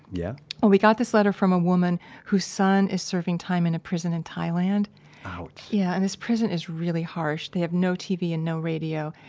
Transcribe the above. yeah well we got this letter from a woman whose son is serving time in a prison in thailand ouch yeah, and this prison is really harsh. they have no tv and no radio.